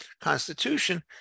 Constitution